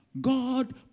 God